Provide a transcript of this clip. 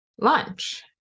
lunch